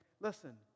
Listen